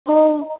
ହଉ